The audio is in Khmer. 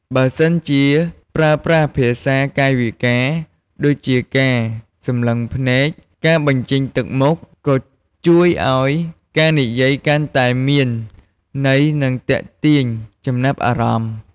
បើសិនជា ប្រើប្រាស់ភាសាកាយវិការ ដូចជាការសម្លឹងភ្នែក ការបញ្ចេញទឹកមុខ ក៏ជួយឱ្យការនិយាយកាន់តែមានន័យ និងទាក់ទាញចំណាប់អារម្មណ៍។